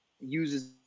uses